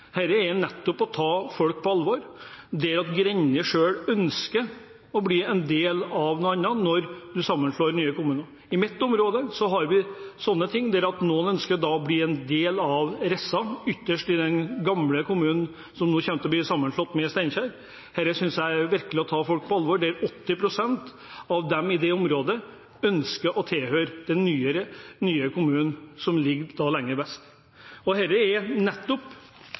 grensejusteringer, er dette nettopp å ta folk på alvor – det at grender selv ønsker å bli en del av noe annet når man slår sammen nye kommuner. Det skjer i mitt område. Noen ønsker å bli en del av Rissa ytterst i den gamle kommunen som nå kommer til å bli sammenslått med Steinkjer. Det synes jeg virkelig er å ta folk på alvor. 80 pst. av folk i det området ønsker å tilhøre den nye kommunen, som ligger lenger vest. Det er nettopp